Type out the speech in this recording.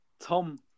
Tom